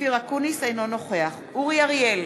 אינו נוכח אורי אריאל,